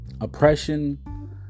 oppression